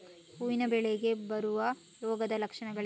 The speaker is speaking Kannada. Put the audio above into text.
ಹೂವಿನ ಬೆಳೆಗೆ ಬರುವ ರೋಗದ ಲಕ್ಷಣಗಳೇನು?